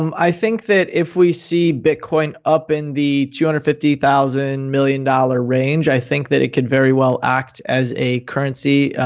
um i think that if we see bitcoin up in the two hundred and fifty thousand million dollars range, i think that it could very well act as a currency,